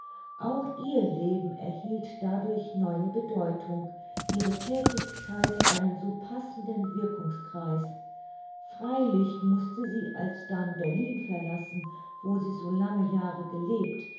auch ihr leben erhielt dadurch neue bedeutung ihre thätigkeit einen so passenden wirkungskreis freilich mußte sie alsdann berlin verlassen wo sie so lange jahre gelebt